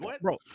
Bro